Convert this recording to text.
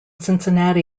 cincinnati